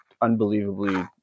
unbelievably